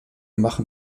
machen